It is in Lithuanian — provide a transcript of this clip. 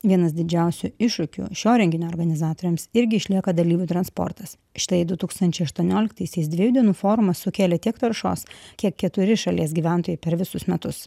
vienas didžiausių iššūkių šio renginio organizatoriams irgi išlieka dalyvių transportas štai du tūkstančiai aštuonioliktaisiais dviejų dienų forumas sukėlė tiek taršos kiek keturi šalies gyventojai per visus metus